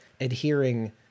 adhering